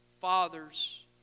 fathers